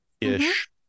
ish